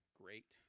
great